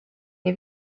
nii